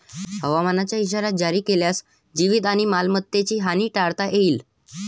हवामानाचा इशारा जारी केल्यास जीवित आणि मालमत्तेची हानी टाळता येईल